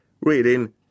reading